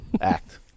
act